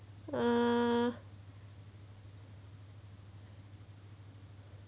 err